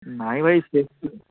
ନାହିଁ ଭାଇ ସେମିତି